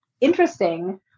interesting